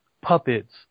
puppets